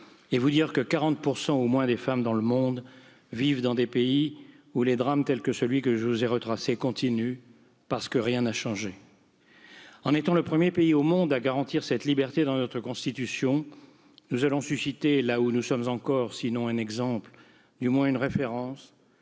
et vous dire que 40 au moins des femmes dans le monde vivent dans des pays où des drames, tels que celui que je vous ai retracés, continuent parce que rien n'a changé. En étant le 1ᵉʳ pays au monde à garantir cette liberté nous allons susciter là où nous sommes encore sinon un exemple, du moins une référence